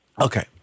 Okay